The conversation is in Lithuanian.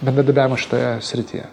bendradarbiavimas šitoje srityje